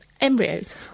embryos